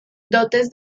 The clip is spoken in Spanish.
dotes